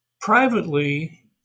privately